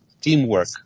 teamwork